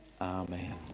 Amen